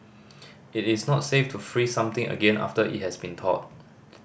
it is not safe to freeze something again after it has been thawed